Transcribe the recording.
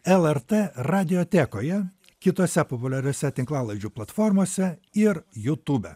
lrt radiotekoje kitose populiariose tinklalaidžių platformose ir jutube